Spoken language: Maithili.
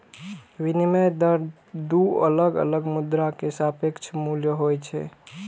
विनिमय दर दू अलग अलग मुद्रा के सापेक्ष मूल्य होइ छै